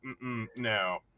no